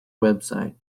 website